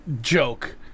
joke